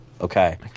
Okay